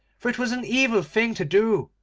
for it was an evil thing to do